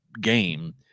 game